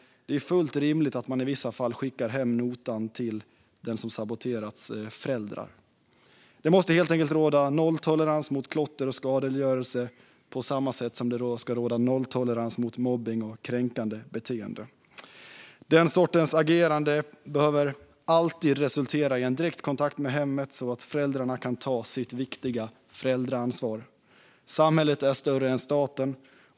Det är fullt rimligt att man i vissa fall skickar hem notan till föräldrarna till den som saboterat. Det måste helt enkelt råda nolltolerans mot klotter och skadegörelse, på samma sätt som det ska råda nolltolerans mot mobbning och kränkande beteende. Den sortens agerande behöver alltid resultera i en direkt kontakt med hemmet så att föräldrarna kan ta sitt viktiga föräldraansvar. Samhället är större än staten.